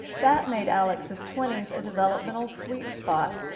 that made alex's twenty s a developmental sweet spot,